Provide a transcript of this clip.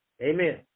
Amen